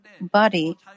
body